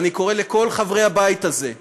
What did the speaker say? ואני קורא לכל חברי הבית הזה: